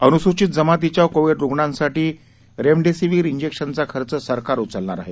अनुसूचित जमातीच्या कोविड रुग्णांसाठी रेमडेसिवीर इंजेक्शनचा खर्च सरकार उचलणार आहे